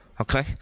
Okay